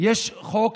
יש חוק